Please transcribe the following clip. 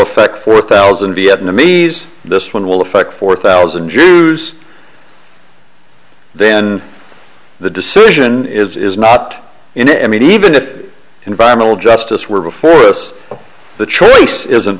affect four thousand vietnamese this one will affect four thousand jews then the decision is not in the i mean even that environmental justice were before us the choice isn't